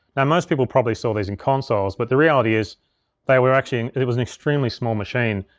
now most people probably saw these in consoles, but the reality is they were actually, and it was an extremely small machine.